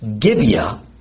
Gibeah